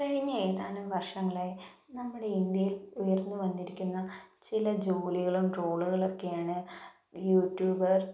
കഴിഞ്ഞ ഏതാനും വർഷങ്ങളായി നമ്മുടെ ഇന്ത്യയിൽ ഉയർന്നു വന്നിരിക്കുന്ന ചില ജോലികളും ട്രോളുകളൊക്കെയാണ് യൂട്യൂബർ